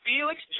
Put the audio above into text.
Felix